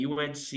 UNC